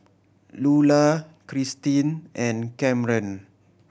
Lulah Cristin and Kamren